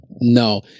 No